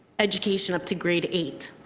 education up to grade eight.